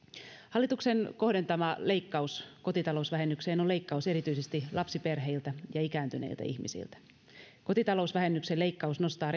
hallituksen kohdentama leikkaus kotitalousvähennykseen on leikkaus erityisesti lapsiperheiltä ja ikääntyneiltä ihmisiltä kotitalousvähennyksen leikkaus nostaa